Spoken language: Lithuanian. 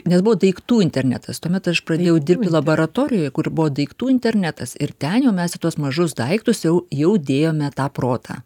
nes buvo daiktų internetas tuomet aš pradėjau dirbti laboratorijoj kur buvo daiktų internetas ir ten jau mes į tuos mažus daiktus jau jau dėjome tą protą